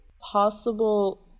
possible